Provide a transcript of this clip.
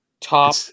top